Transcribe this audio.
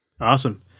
Awesome